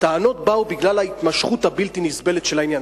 הטענות באו בגלל ההתמשכות הבלתי-נסבלת של העניין.